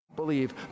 believe